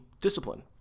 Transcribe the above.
discipline